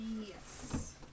Yes